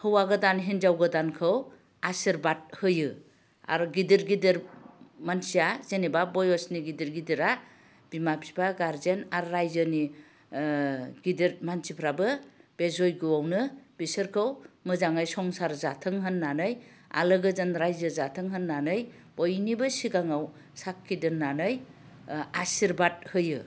हौवा गोदान हिन्जाव गोदानखौ आशिर्बाद होयो आरो गिदिर गिदिर मानसिया जेनेबा बयसनि गिदिर गिदिरा बिमा बिफा गारजेन आरो रायजोनि गिदिर मानसिफ्राबो बे जयग'आवनो बिसोरखौ मोजाङै संसार जाथों होननानै आलो गोजोन रायजो जाथों होननानै बयनिबो सिगाङाव साखि दोननानै आसिरबाद होयो